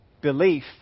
Belief